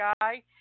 guy